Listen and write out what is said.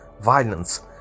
violence